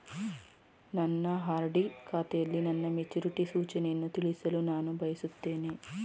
ನನ್ನ ಆರ್.ಡಿ ಖಾತೆಯಲ್ಲಿ ನನ್ನ ಮೆಚುರಿಟಿ ಸೂಚನೆಯನ್ನು ತಿಳಿಯಲು ನಾನು ಬಯಸುತ್ತೇನೆ